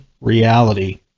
reality